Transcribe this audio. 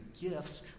gifts